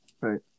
Right